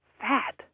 fat